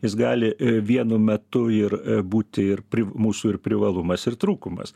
jis gali vienu metu ir būti ir pri mūsų ir privalumas ir trūkumas